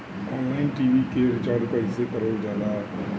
Online TV के recharge कईसे करल जाला?